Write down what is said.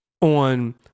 on